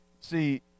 See